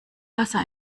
wasser